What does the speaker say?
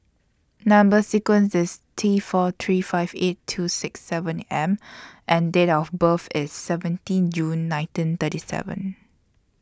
Number sequence IS T four three five eight two six seven M and Date of birth IS seventeen June nineteen thirty seven